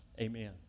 amen